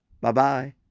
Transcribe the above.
Bye-bye